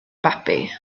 babi